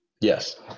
yes